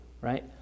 Right